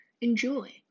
Enjoy